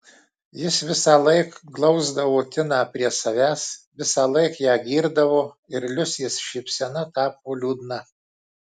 jis visąlaik glausdavo tiną prie savęs visąlaik ją girdavo ir liusės šypsena tapo liūdna